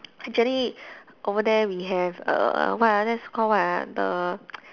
actually over there we have err what ah that's called what ah the